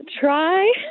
try